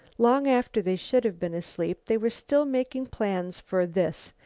long after they should have been asleep they were still making plans for this,